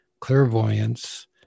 Clairvoyance